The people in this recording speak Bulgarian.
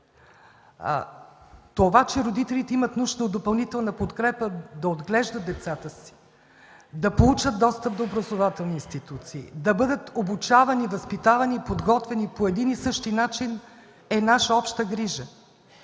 Това че родителите имат нужда от допълнителна подкрепа да отглеждат децата си, да получат достъп до образователни институции, да бъдат обучавани, възпитавани и подготвени по един и същи начин, е наша обща грижа.